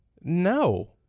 No